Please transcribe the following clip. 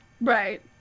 Right